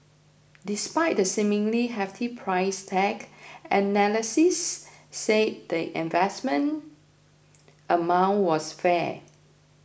despite the seemingly hefty price tag analysts said the investment amount was fair